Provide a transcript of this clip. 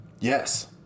Yes